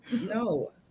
No